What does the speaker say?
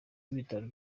w’ibitaro